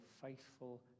faithful